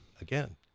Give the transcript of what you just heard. again